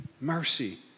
mercy